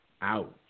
Ouch